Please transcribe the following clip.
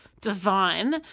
divine